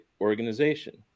organization